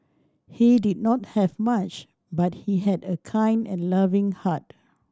he did not have much but he had a kind and loving heart